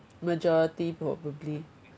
majority probably